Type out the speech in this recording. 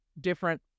Different